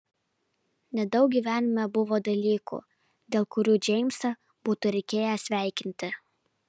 nedaug gyvenime buvo dalykų dėl kurių džeimsą būtų reikėję sveikinti